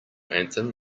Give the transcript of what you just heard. anthem